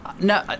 No